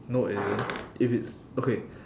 no it isn't if it's okay